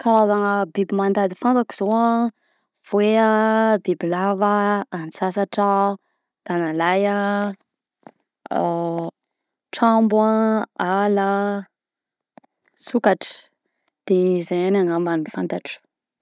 Karazagna biby mandady fantako zao an: voay an, bibilava a, antsasatra an, tagnalahy an, trambo a, ala a, sokatra, de zay ihany angamba no fantatro.